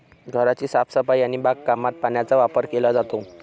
घराची साफसफाई आणि बागकामात पाण्याचा वापर केला जातो